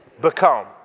become